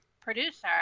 producer